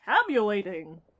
tabulating